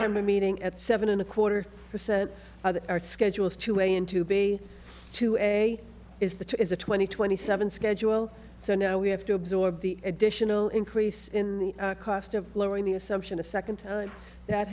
time the meeting at seven and a quarter percent of our schedules to a into b to a is the is a twenty twenty seven schedule so now we have to absorb the additional increase in the cost of lowering the assumption a second time that